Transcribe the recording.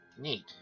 Neat